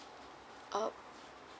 oh